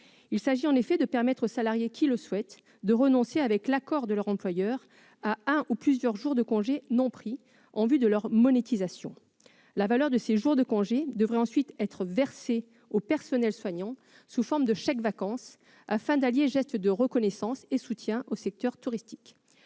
Il s'agit de permettre aux salariés qui le souhaitent de renoncer, avec l'accord de leur employeur, à un ou plusieurs jours de congé non pris, en vue de leur monétisation. La valeur de ces jours de congé devrait ensuite être versée aux personnels soignants sous forme de chèques-vacances, afin d'allier geste de reconnaissance et soutien au secteur touristique.